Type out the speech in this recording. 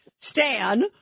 Stan